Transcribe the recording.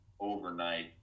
overnight